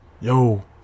Yo